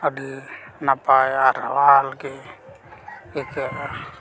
ᱟᱹᱰᱤ ᱱᱟᱯᱟᱭ ᱟᱨ ᱨᱟᱣᱟᱞ ᱜᱮ ᱤᱠᱟᱹᱜᱼᱟ